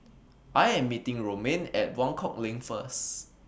I Am meeting Romaine At Buangkok LINK First